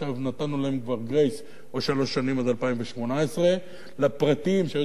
עכשיו נתנו להם כבר "גרייס" עוד שלוש שנים עד 2018. הפרטיים שהיו